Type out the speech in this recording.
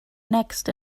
next